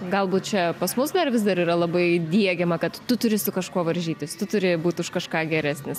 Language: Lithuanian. galbūt čia pas mus dar vis dar yra labai diegiama kad tu turi su kažkuo varžytis tu turi būt už kažką geresnis